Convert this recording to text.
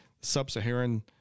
sub-Saharan